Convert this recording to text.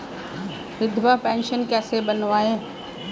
विधवा पेंशन कैसे बनवायें?